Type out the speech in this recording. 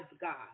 God